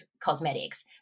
cosmetics